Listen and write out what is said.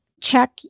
check